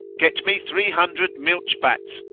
get me three hundred milch-bats,